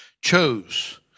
chose